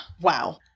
Wow